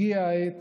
הגיעה העת